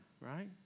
right